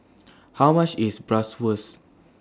How much IS Bratwurst